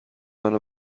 منو